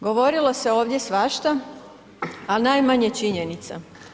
Govorilo se ovdje svašta ali najmanje činjenica.